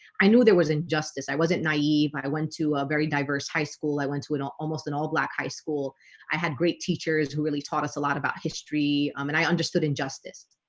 i knew there was injustice i wasn't naive i went to a very diverse high school. i went to an almost an all-black high school i had great teachers who really taught us a lot about history um and i understood injustice